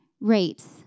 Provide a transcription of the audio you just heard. rates